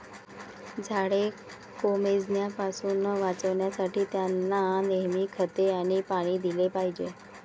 झाडे कोमेजण्यापासून वाचवण्यासाठी, त्यांना नेहमी खते आणि पाणी दिले पाहिजे